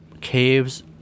caves